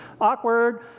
awkward